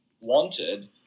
wanted